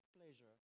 pleasure